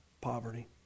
poverty